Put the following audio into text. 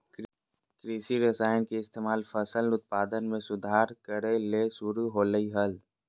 कृषि रसायन के इस्तेमाल फसल उत्पादन में सुधार करय ले शुरु होलय हल